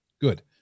Good